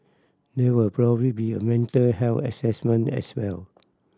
there would probably be a mental health assessment as well